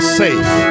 safe